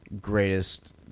greatest